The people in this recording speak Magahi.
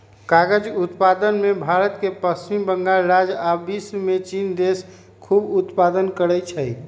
कागज़ उत्पादन में भारत के पश्चिम बंगाल राज्य आ विश्वमें चिन देश खूब उत्पादन करै छै